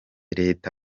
leta